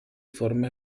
forma